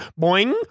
boing